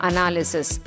Analysis